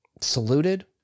saluted